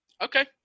Okay